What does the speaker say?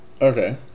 Okay